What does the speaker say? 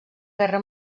guerra